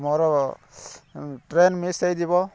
ମୋର train miss ହୋଇଯିବ